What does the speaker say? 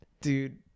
Dude